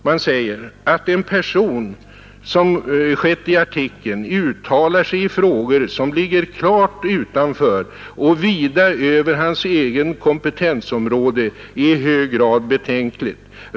Han säger: ”Att en person, såsom skett i artikeln, uttalar sig i frågor som ligger klart utanför — och vida över — hans eget kompetensområde är i hög grad betänkligt.